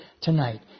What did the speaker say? tonight